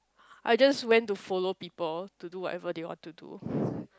I just went to follow people to do whatever they want to do